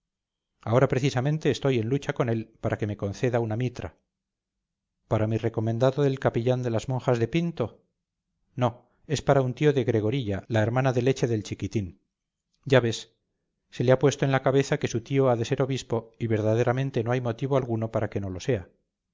ahora precisamente estoy en lucha con él para que me conceda una mitra para mi recomendado el capellán de las monjas de pinto no es para un tío de gregorilla la hermana de leche del chiquitín ya ves se le ha puesto en la cabeza que su tío ha de ser obispo y verdaderamente no hay motivo alguno para que no lo sea